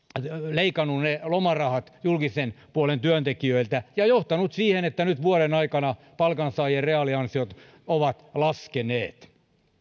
leikannut ne lomarahat julkisen puolen työntekijöiltä ja johtanut siihen että nyt vuoden aikana palkansaajien reaaliansiot ovat laskeneet